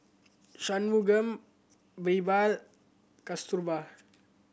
Shunmugam Birbal Kasturba